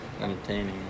Entertaining